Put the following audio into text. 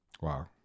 Wow